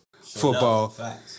football